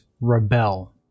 rebel